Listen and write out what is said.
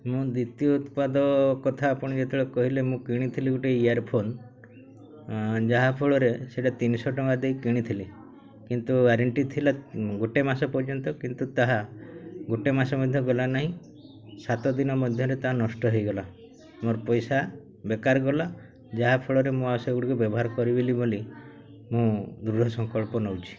ମୁଁ ଦ୍ଵିତୀୟ ଉତ୍ପାଦ କଥା ଆପଣ ଯେତେବେଳେ କହିଲେ ମୁଁ କିଣିଥିଲି ଗୋଟେ ଇୟର୍ ଫୋନ ଯାହାଫଳରେ ସେଇଟା ତିନିଶହ ଟଙ୍କା ଦେଇ କିଣିଥିଲି କିନ୍ତୁ ୱାରେଣ୍ଟି ଥିଲା ଗୋଟେ ମାସ ପର୍ଯ୍ୟନ୍ତ କିନ୍ତୁ ତାହା ଗୋଟେ ମାସ ମଧ୍ୟ ଗଲା ନାହିଁ ସାତ ଦିନ ମଧ୍ୟରେ ତାହା ନଷ୍ଟ ହେଇଗଲା ମୋର ପଇସା ବେକାର ଗଲା ଯାହାଫଳରେ ମୁଁ ଆଉ ସେଗୁଡ଼ିକ ବ୍ୟବହାର କରିବିନି ବୋଲି ମୁଁ ଦୃଢ଼ ସଂକଳ୍ପ ନେଉଛି